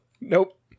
Nope